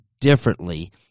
differently